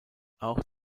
auch